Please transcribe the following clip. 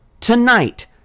Tonight